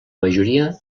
majoria